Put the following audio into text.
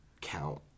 count